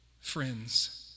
friends